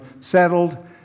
settled